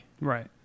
Right